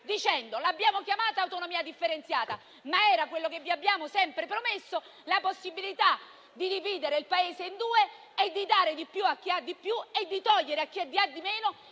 dicendo "l'abbiamo chiamata autonomia differenziata, ma era quello che vi abbiamo sempre promesso, cioè la possibilità di dividere il Paese in due, di dare di più a chi ha di più e di togliere a chi ha di meno,